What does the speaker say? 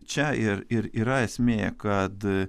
čia ir ir yra esmė kad